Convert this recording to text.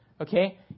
Okay